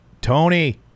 Tony